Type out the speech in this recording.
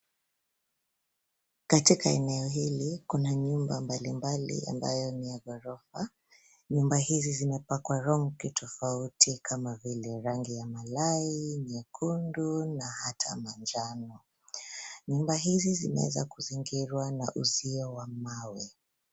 Katika eneo hili kuna nyumba mbali mbali ambayo ni ya ghorofa. Nyumba hizi zimepakwa rangi tofauti kama vile: rangi ya malai, nyekundu na hata manjano. Nyumba hizi zimeeza kuzingirwa na uzio wa mawe.